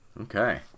Okay